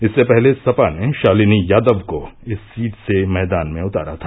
इससे पहले सपा ने षालिनी यादव को इस सीट से मैदान में उतारा था